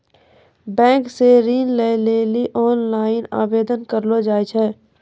bank से ऋण लै लेली ओनलाइन आवेदन करलो जाय छै